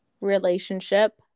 relationship